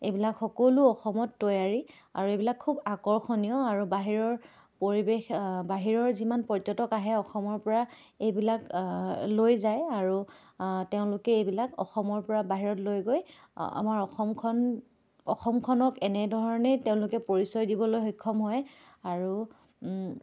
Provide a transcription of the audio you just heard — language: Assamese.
এইবিলাক সকলো অসমত তৈয়াৰী আৰু এইবিলাক খুব আকৰ্ষণীয় আৰু বাহিৰৰ পৰিৱেশ বাহিৰৰ যিমান পৰ্যটক আহে অসমৰ পৰা এইবিলাক লৈ যায় আৰু তেওঁলোকে এইবিলাক অসমৰ পৰা বাহিৰত লৈ গৈ আমাৰ অসমখন অসমখনক এনেধৰণেই তেওঁলোকে পৰিচয় দিবলৈ সক্ষম হয় আৰু